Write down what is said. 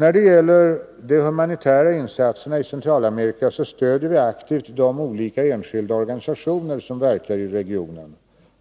När det gäller de humanitära insatserna i Centralamerika stöder vi aktivt de olika enskilda organisationer som verkar i regionen,